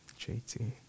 ...JT